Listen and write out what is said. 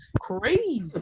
crazy